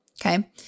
Okay